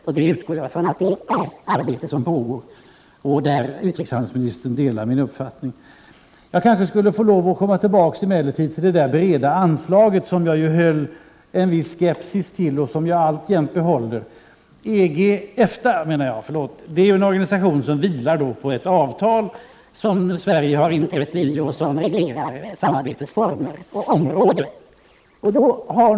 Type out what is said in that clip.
Jag utgår ifrån att det är ett arbete som pågår och att utrikeshandelsministern delar min uppfattning där. Sedan kanske jag skall komma tillbaka till det där breda anslaget som jag behöll och alltjämt behåller en viss skepsis till. EFTA är en organisation som vilar på ett avtal som Sverige har inträtt i och som reglerar samarbetets former och områden.